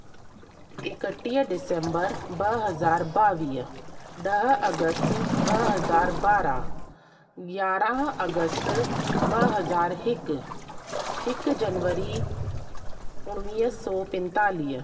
एकटीह डिसेंबर ॿ हज़ार ॿावीह ॾह अगस्त ॿ हज़ार ॿारहं यारहं अगस्त ॿ हज़ार हिकु हिकु जनवरी उणिवीह सौ पंतालीह